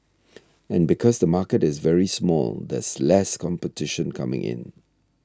and because the market is very small there's less competition coming in